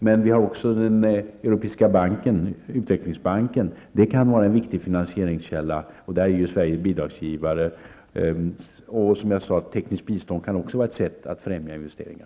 Å andra sidan kan också den Europeiska utvecklingsbanken vara en viktig finansieringskälla. Sverige är ju bidragsgivare till den. Även tekniskt bistånd kan vara ett sätt att främja investeringar.